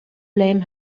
blame